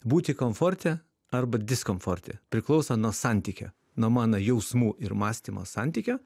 būti komforte arba diskomforte priklauso nuo santykio nuo mano jausmų ir mąstymo santykio